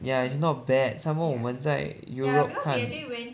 ya it's not bad somemore 我们在 europe 看